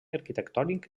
arquitectònic